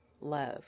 love